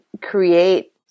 create